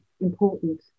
important